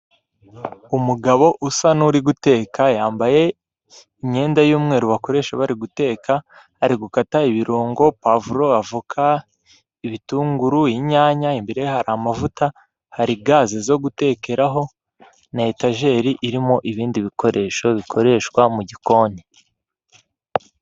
umugabo usa n'uri guteka, yambaye imyenda y'umweru bakoresha bari guteka, ari gukata ibirungo pavuro, avoka, ibitunguru, inyanya imbere hari amavuta, hari gazi zo gutekeraho, na etajeri irimo ibindi bikoresho bikoreshwa mu gikoni.